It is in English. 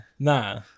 Nah